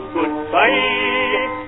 Goodbye